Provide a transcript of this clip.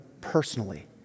Personally